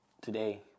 today